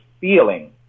feeling